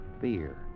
fear